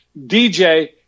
DJ